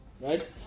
Right